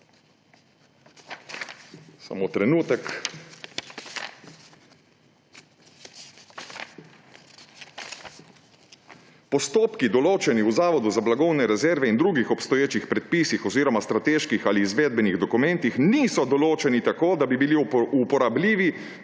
»Postopki določeni v Zavodu za blagovne rezerve in drugih obstoječih predpisih oziroma strateških ali izvedbenih dokumentih niso določeni tako, da bi bili uporabljivi